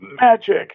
Magic